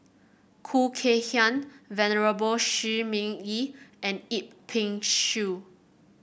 Khoo Kay Hian Venerable Shi Ming Yi and Yip Pin Xiu